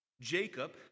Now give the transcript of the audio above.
Jacob